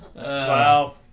Wow